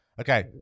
Okay